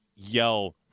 yell